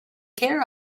care